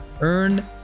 Earn